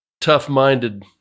tough-minded